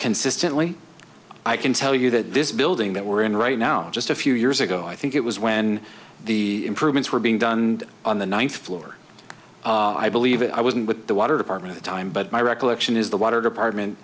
consistently i can tell you that this building that we're in right now just a few years ago i think it was when the improvements were being done on the ninth floor i believe it i was in with the water department the time but my recollection is the water department